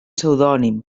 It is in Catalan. pseudònim